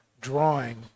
drawing